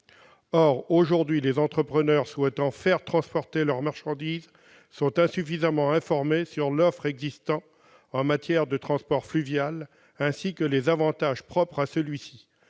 Or actuellement les entrepreneurs souhaitant faire transporter leurs marchandises sont insuffisamment informés sur l'offre existante en matière de transport fluvial, ainsi que sur les avantages propres à celui-ci